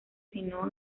sino